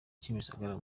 kimisagara